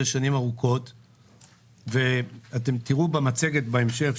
שנים ארוכות ואתם תראו במצגת בהמשך,